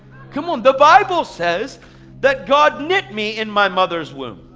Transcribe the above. come on, the bible says that god knit me in my mother's womb.